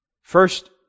First